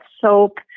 soap